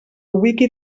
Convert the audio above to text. wiki